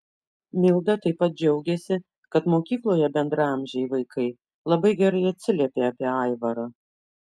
milda taip pat džiaugiasi kad mokykloje bendraamžiai vaikai labai gerai atsiliepia apie aivarą